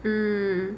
mm